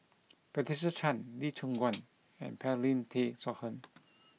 Patricia Chan Lee Choon Guan and Paulin Tay Straughan